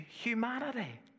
humanity